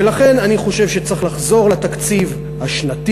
ולכן אני חושב שצריך לחזור לתקציב השנתי,